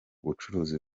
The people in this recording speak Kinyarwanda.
bucuruzi